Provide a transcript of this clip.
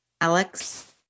Alex